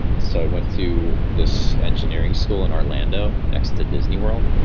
so i went to this engineering school in orlando next to disney world,